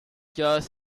george